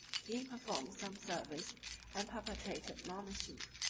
he performed some service and perpetrated more mischief